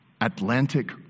Atlantic